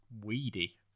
weedy